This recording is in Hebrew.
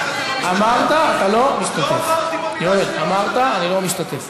אני לא אמרתי שאני לא משתתף.